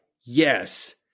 Yes